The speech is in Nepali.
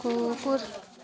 कुकुर